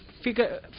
figure